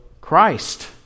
Christ